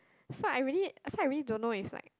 so I really so I really don't know if like